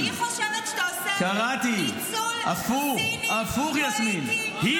כי היא חושבת שאתה עושה ניצול ציני פוליטי בארכיאולוגיה,